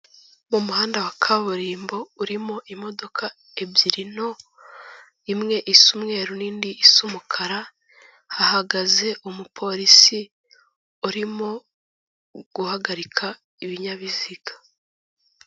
Mu muhanda wa kaburimbo urimo imodoka ebyiri nto, imwe isa umweru indi isa umukara; hahagaze umupolisi urimo guhagarika ibinyabiziga.